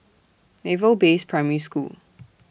Naval Base Primary School